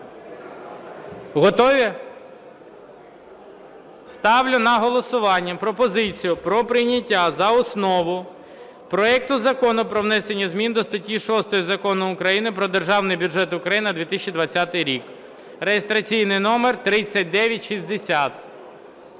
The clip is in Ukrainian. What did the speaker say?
Готові? Ставлю на голосування пропозицію про прийняття за основу проекту Закону про внесення зміни до статті 6 Закону України "Про Державний бюджет України на 2020 рік" (реєстраційний номер 3960).